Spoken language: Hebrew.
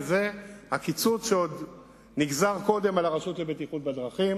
וזה הקיצוץ שעוד נגזר קודם על הרשות לבטיחות בדרכים.